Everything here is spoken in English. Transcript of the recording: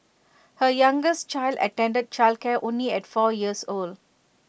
her youngest child attended childcare only at four years old